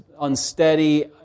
unsteady